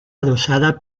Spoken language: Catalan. adossada